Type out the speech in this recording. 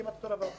כמעט אותו דבר.